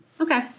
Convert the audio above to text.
Okay